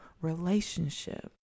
relationship